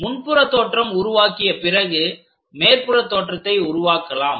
முன்புற தோற்றம் உருவாக்கிய பிறகு மேற்புற தோற்றத்தை உருவாக்கலாம்